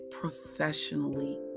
professionally